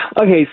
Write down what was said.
okay